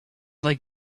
like